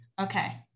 Okay